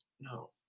No